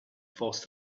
forced